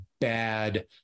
bad